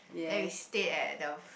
then we stayed at the